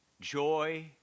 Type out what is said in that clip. joy